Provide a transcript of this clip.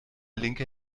linke